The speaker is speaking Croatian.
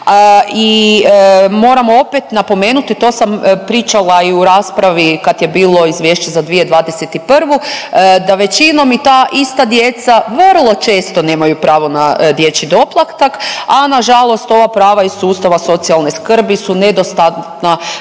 I moramo opet napomenuti to sam pričala i u raspravi kad je bilo Izvješće za 2021. da većinom i ta ista djeca vrlo često nemaju pravo na dječji doplatak, a na žalost ova prava iz sustava socijalne skrbi su nedostatna